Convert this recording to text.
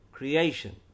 creation